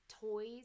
toys